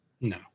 No